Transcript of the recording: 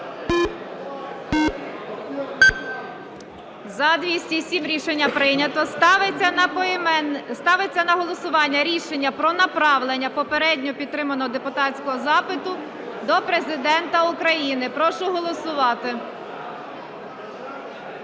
За-207 Рішення прийнято. Ставиться на голосування рішення про направлення попередньо підтриманого депутатського запиту до Президента України. Прошу голосувати.